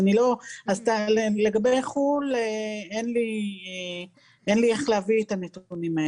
לגבי חו"ל אין לי איך להביא את הנתונים.